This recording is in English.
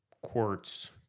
quartz